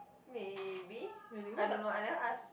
maybe I don't know I never ask